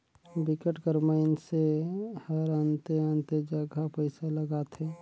बिकट कर मइनसे हरअन्ते अन्ते जगहा पइसा लगाथे